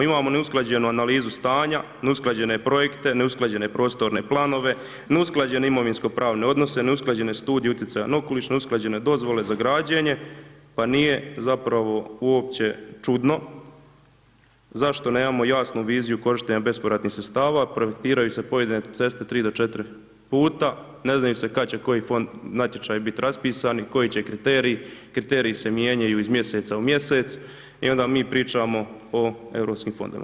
Imamo neusklađenu analizu stanja, neusklađene projekte, neusklađene prostorne planove, neusklađene imovinsko pravne odnose, neusklađene studije utjecaja na okoliš, neusklađene dozvole za građenje, pa nije zapravo uopće čudno zašto nemamo jasnu viziju korištenja bespovratnih sredstava, projektiraju se pojedine ceste tri do četiri puta, ne zna im se kad će koji fond, natječaji biti raspisani, koji će kriteriji, kriteriji se mijenjaju iz mjeseca u mjesec i onda mi pričamo o Europskim fondovima.